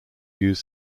use